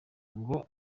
ngo